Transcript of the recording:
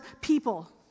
people